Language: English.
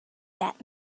that